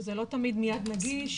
שזה לא תמיד מיד נגיש,